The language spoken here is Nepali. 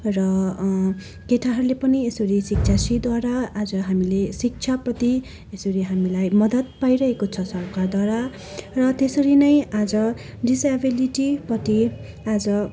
र केटाहरूले पनि यसरी शिक्षाश्रीद्वारा आज हामीले शिक्षाप्रति यसरी हामीलाई मदत पाइरहेको छ सरकारद्वारा र त्यसरी नै आज डिसेबिलिटीपट्टि आज